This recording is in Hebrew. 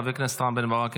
חבר הכנסת רם בן ברק,